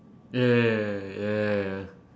ya ya ya ya ya ya ya